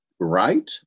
right